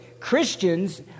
Christians